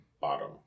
bottom